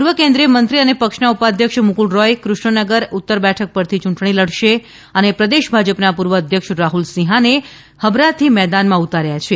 પૂર્વ કેન્દ્રીય મંત્રી અને પક્ષનાં ઉપાધ્યક્ષ મુકુલ રોય કૃષ્ણનગર ઉત્તર બેઠક પરથી ચૂંટણી લડશે અને પ્રદેશ ભાજપના પૂર્વ અધ્યક્ષ રાહ્લ સિંહાને હબરાથી મેદાનમાં ઉતાર્યા છે